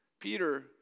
Peter